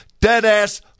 Dead-ass